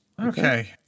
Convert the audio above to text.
Okay